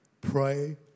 pray